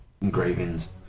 engravings